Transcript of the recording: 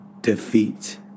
defeat